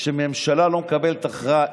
שממשלה לא מקבלת הכרעה.